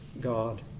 God